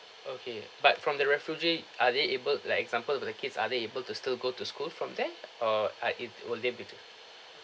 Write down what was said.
okay but from the refugee are they able like example the kids are they able to still go to school from there or are if will they be to